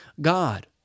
God